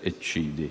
eccidi.